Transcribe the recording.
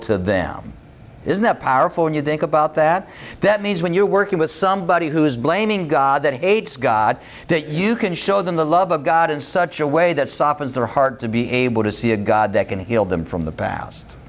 to them isn't that powerful when you think about that that means when you're working with somebody who is blaming god that aids god that you can show them the love of god in such a way that softens their heart to be able to see a god that can heal them from the past